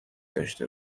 داشته